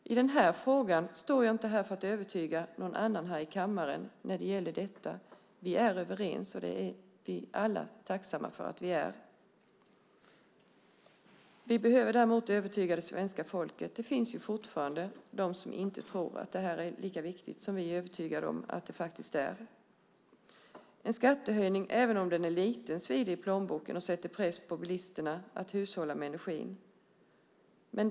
Jag står inte upp i debatten i den här frågan för att övertyga någon annan här i kammaren. Vi är överens, och det är vi alla tacksamma för att vi är. Vi behöver däremot övertyga det svenska folket. Det finns fortfarande de som inte tror att det här är lika viktigt som vi är övertygade om att det är. Även om en skattehöjning är liten svider den i plånboken och sätter press på bilisterna att hushålla med energin.